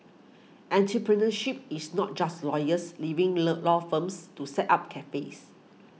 entrepreneurship is not just lawyers leaving law firms to set up cafes